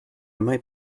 might